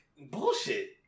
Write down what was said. bullshit